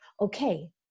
okay